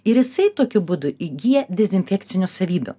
ir jisai tokiu būdu įgyja dezinfekcinių savybių